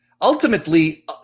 ultimately